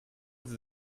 sie